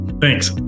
Thanks